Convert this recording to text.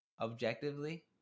objectively